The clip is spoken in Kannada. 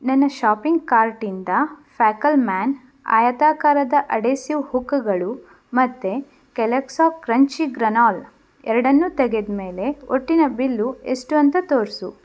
ನನ್ನ ಶಾಪಿಂಗ್ ಕಾರ್ಟಿಂದ ಫ್ಯಾಕಲ್ಮ್ಯಾನ್ ಆಯಾತಾಕಾರದ ಎಡೇಸೀವ್ ಹುಕ್ಗಳು ಮತ್ತು ಕೆಲಾಕ್ಸೊ ಕ್ರಂಚೀ ಗ್ರನೋಲ್ ಎರಡನ್ನು ತೆಗೆದಮೇಲೆ ಒಟ್ಟಿನ ಬಿಲ್ಲು ಎಷ್ಟು ಅಂತ ತೋರಿಸು